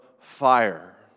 fire